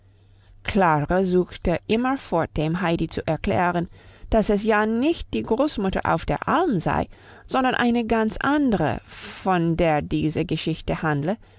klara suchte immerfort dem heidi zu erklären dass es ja nicht die großmutter auf der alm sei sondern eine ganz andere von der diese geschichte handle